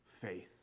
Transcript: faith